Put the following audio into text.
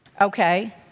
Okay